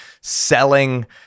selling